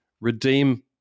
redeem